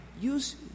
Use